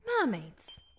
Mermaids